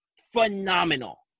phenomenal